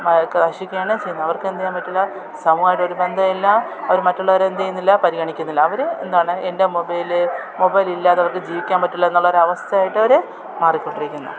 കശിക്ക യാണ് ചെയ്യുന്നത് അവർക്ക് എന്തെയ്യൻ പറ്റില്ല സമൂഹമായിട്ട് ഒരു ബന്ധവുമെല്ലാം അവർ മറ്റുള്ളവരെ എന്ത് ചെയ്യുന്നില്ല പരിഗണിക്കുന്നില്ല അവർ എന്താണ് എൻ്റെ മൊബൈൽ മൊബൈ ഇല്ലാതെ അവർക്ക് ജീവിക്കാൻ പറ്റില്ല എന്നുള്ള ഒരു അവസ്ഥയായിട്ട് അവർ മാറിക്കൊണ്ടിരിക്കുന്നു